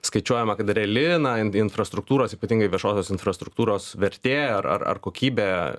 skaičiuojama kad reali na infrastruktūros ypatingai viešosios infrastruktūros vertė ar ar ar kokybė